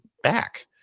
Back